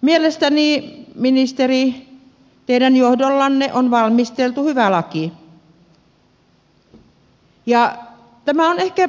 mielestäni ministeri teidän johdollanne on valmisteltu hyvä laki ja tämä vanhuspalvelulaki on ehkä